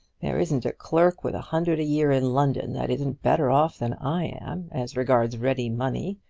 there isn't a clerk with a hundred a year in london that isn't better off than i am as regards ready money.